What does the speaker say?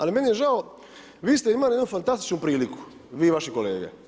Ali meni je žao, vi ste imali jednu fantastičnu priliku, vi i vaši kolege.